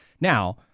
Now